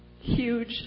huge